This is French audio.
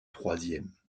troisième